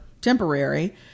temporary